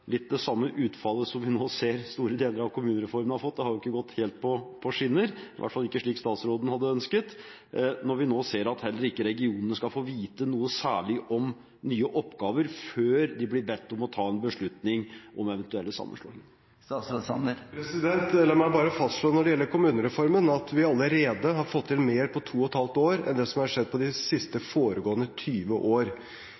det samme utfallet som vi nå ser store deler av kommunereformen har fått – det har jo ikke gått helt på skinner, i hvert fall ikke slik statsråden hadde ønsket – når vi nå ser at heller ikke regionene skal få vite noe særlig om nye oppgaver før de blir bedt om å ta en beslutning om eventuelle sammenslåinger? La meg bare fastslå når det gjelder kommunereformen, at vi allerede har fått til mer på to og et halvt år enn det som har skjedd de